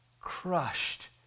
crushed